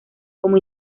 como